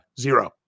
zero